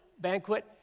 banquet